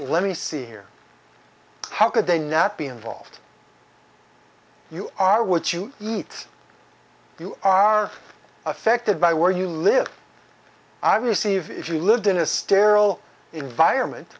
let me see here how could they not be involved you are what you eat you are affected by where you live obviously if you lived in a sterile environment